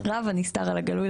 רב הנסתר על הגלוי.